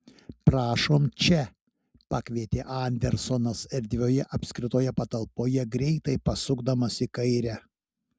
prašom čia pakvietė andersonas erdvioje apskritoje patalpoje greitai pasukdamas į kairę